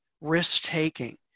risk-taking